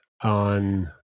on